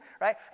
right